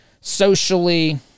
socially